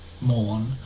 mourn